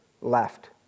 left